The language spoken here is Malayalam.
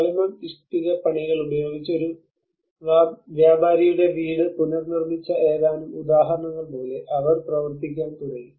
കളിമൺ ഇഷ്ടികപ്പണികൾ ഉപയോഗിച്ച് ഒരു വ്യാപാരിയുടെ വീട് പുനർനിർമിച്ച ഏതാനും ഉദാഹരണങ്ങൾ പോലെ അവർ പ്രവർത്തിക്കാൻ തുടങ്ങി